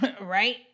right